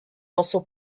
also